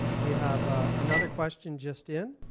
we have another question just in,